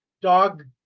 dog